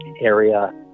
area